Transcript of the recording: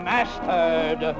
Mastered